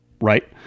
right